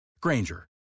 Granger